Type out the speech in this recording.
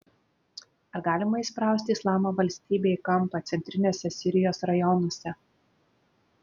ar galima įsprausti islamo valstybę į kampą centriniuose sirijos rajonuose